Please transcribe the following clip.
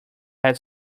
had